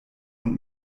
und